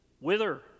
wither